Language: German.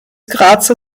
grazer